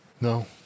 No